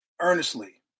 earnestly